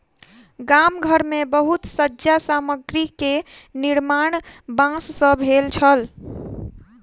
गाम घर मे बहुत सज्जा सामग्री के निर्माण बांस सॅ भेल छल